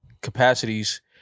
capacities